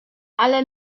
ale